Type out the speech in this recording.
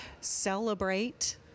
celebrate